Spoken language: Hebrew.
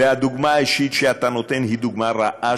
והדוגמה האישית שאתה נותן היא דוגמה רעה,